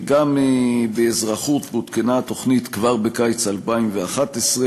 גם באזרחות עודכנה התוכנית כבר בקיץ 2011,